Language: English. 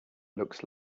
looks